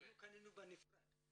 אנחנו קנינו בנפרד.